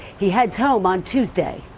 he heads home on tuesday.